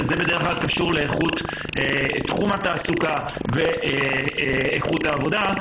וזה בדרך כלל קשור לאיכות תחום התעסוקה ואיכות העבודה,